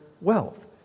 wealth